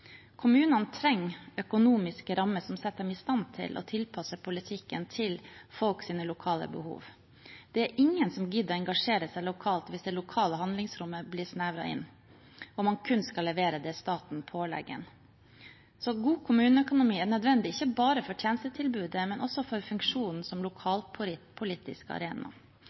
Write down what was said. Kommunene trenger økonomiske rammer som setter dem i stand til å tilpasse politikken til folks lokale behov. Det er ingen som gidder å engasjere seg lokalt hvis det lokale handlingsrommet blir snevret inn, og man kun skal levere det staten pålegger en. God kommuneøkonomi er nødvendig, ikke bare for tjenestetilbudet, men også for funksjonen som lokalpolitisk arena.